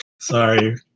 sorry